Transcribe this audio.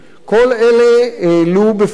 כל אלה העלו בפנינו,